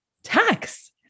tax